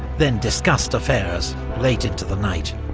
then discussed affairs late into the night.